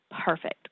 perfect